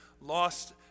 lost